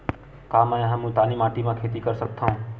का मै ह मुल्तानी माटी म खेती कर सकथव?